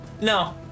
No